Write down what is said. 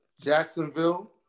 Jacksonville